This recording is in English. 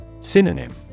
Synonym